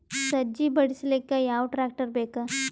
ಸಜ್ಜಿ ಬಿಡಿಸಿಲಕ ಯಾವ ಟ್ರಾಕ್ಟರ್ ಬೇಕ?